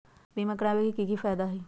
बीमा करबाबे के कि कि फायदा हई?